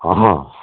অঁ